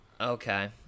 Okay